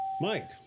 Mike